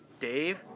Dave